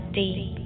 deep